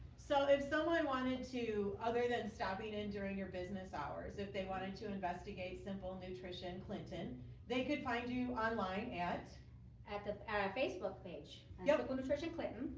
so if someone wanted to other than stopping in during your business hours, if they wanted to investigate simple nutrition clinton they could find you online at at the facebook page and yeah simple but nutrition clinton.